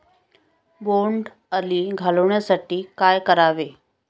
बोंडअळी घालवण्यासाठी काय करावे?